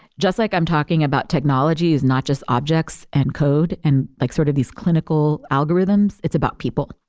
just like i'm talking about technology is not just objects and code and like sort of these clinical algorithms. it's about people.